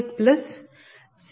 35 0